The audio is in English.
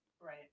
Right